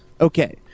Okay